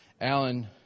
Alan